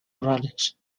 rurales